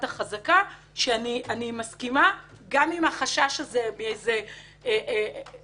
החזקה שאני מסכימה גם עם החשש הזה של קלות